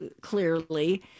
clearly